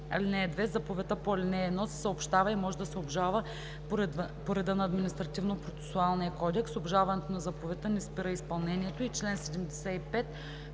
(2) Заповедта по ал. 1 се съобщава и може да се обжалва по реда на Административнопроцесуалния кодекс. Обжалването на заповедта не спира изпълнението й.“ По